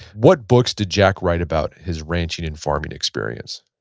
what books did jack write about his ranching and farming experience?